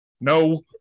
No